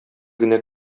генә